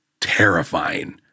terrifying